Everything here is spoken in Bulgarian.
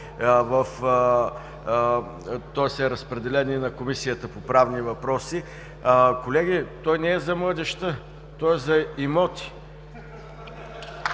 е разпределен и на Комисията по правни въпроси. Колеги, той не е за младежта. Той е за имоти.